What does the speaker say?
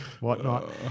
whatnot